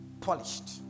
polished